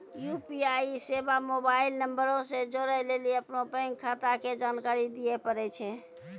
UPI सेबा mobile नंबरो से जोड़ै लेली अपनो बैंक खाता के जानकारी दिये पड़ै छै